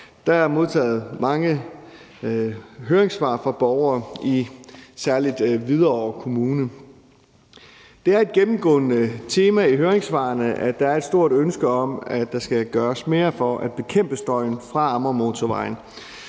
Der er modtaget mange høringssvar fra borgere i særlig Hvidovre Kommune. Det er et gennemgående tema i høringssvarene, at der er et stort ønske om, at der skal gøres mere for at bekæmpe støjen fra Amagermotorvejen.